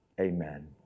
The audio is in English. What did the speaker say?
amen